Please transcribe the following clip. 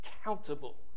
accountable